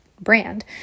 brand